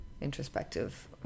introspective